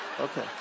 Okay